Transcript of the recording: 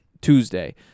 Tuesday